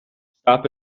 stop